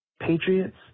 Patriots